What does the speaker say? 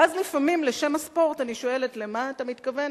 ואז לפעמים לשם הספורט אני שואלת: למה אתה מתכוון?